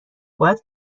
باید